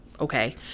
Okay